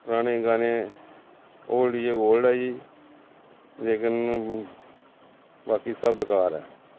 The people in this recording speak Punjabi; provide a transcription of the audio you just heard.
ਪੁਰਾਣੇ ਗਾਣੇ ਓਲਡ ਇਜ ਗੋਲਡ ਹੈ ਜੀ ਲੇਕਿਨ ਬਾਕੀ ਸਭ ਬੇਕਾਰ ਹੈ